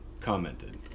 commented